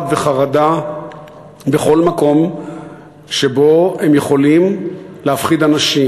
וחרדה בכל מקום שבו הם יכולים להפחיד אנשים.